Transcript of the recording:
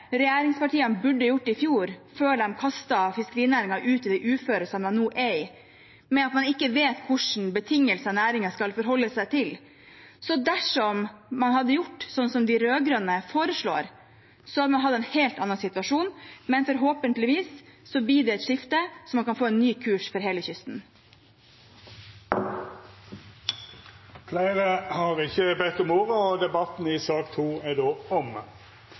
regjeringspartiene burde gjort i fjor, før de kastet fiskerinæringen ut i det uføret som de nå er i med at man ikke vet hva slags betingelser næringen skal forholde seg til. Dersom man hadde gjort sånn som de rød-grønne foreslår, hadde man hatt en helt annen situasjon. Men forhåpentligvis blir det et skifte, så man kan få en ny kurs for hele kysten. Fleire har ikkje bedt om ordet til sak nr. 2. Etter ynske frå familie- og kulturkomiteen vil presidenten ordna debatten